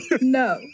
No